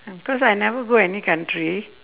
cause I never go any country